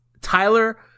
Tyler